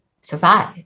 survive